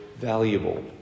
valuable